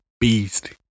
beast